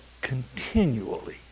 continually